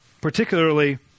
particularly